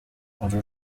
uru